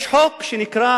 יש חוק שנקרא,